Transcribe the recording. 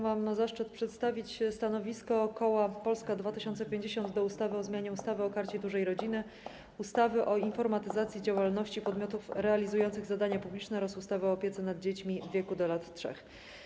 Mam zaszczyt przedstawić stanowisko koła Polska 2050 wobec ustawy o zmianie ustawy o Karcie Dużej Rodziny, ustawy o informatyzacji działalności podmiotów realizujących zadania publiczne oraz ustawy o opiece nad dziećmi w wieku do lat 3.